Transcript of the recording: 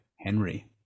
Henry